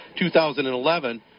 2011